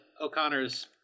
O'Connor's